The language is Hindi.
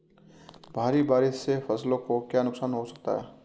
भारी बारिश से फसलों को क्या नुकसान हो सकता है?